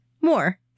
more